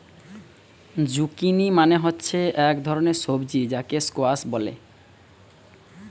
zucchini মানে হচ্ছে এক ধরণের সবজি যাকে স্কোয়াস বলে